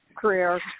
career